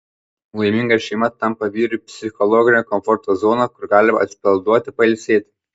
laiminga šeima tampa vyrui psichologinio komforto zona kur galima atsipalaiduoti pailsėti